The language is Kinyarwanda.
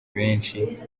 benshi